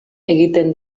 egiten